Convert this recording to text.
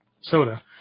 soda